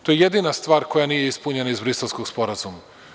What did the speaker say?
To je jedina stvar koja nije ispunjena iz Briselskog sporazuma.